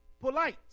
polite